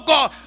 God